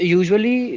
usually